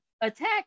attack